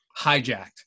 hijacked